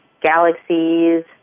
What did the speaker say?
galaxies